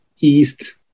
east